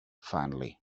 finally